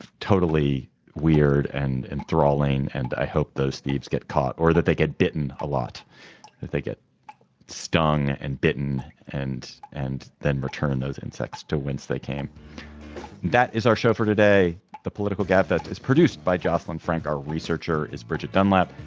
totally weird and enthralling and i hope those thieves get caught or that they get bitten a lot if they get stung and bitten and and then return those insects to whence they came that is our show for today. the political gabfest is produced by joslyn frank our researcher is bridget dunlap.